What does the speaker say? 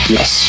Yes